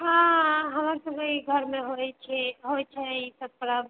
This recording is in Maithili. हँ हऽ हमर सबके ई घरमे होइत छै होइत छै ई सब परब